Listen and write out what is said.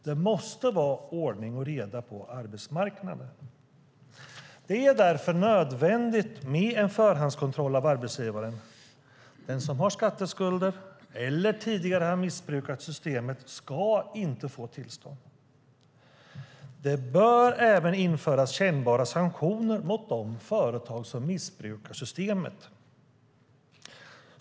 Det måste vara ordning och reda på arbetsmarknaden. Det är därför nödvändigt med en förhandskontroll av arbetsgivaren. Den som har skatteskulder eller tidigare har missbrukat systemet ska inte få tillstånd. Det bör även införas kännbara sanktioner mot de företag som missbrukar systemet.